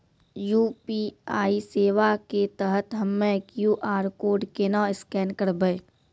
UPI सेवा के तहत हम्मय क्यू.आर कोड केना स्कैन करबै?